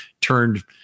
turned